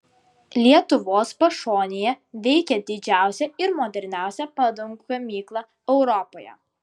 lietuvos pašonėje veikia didžiausia ir moderniausia padangų gamykla europoje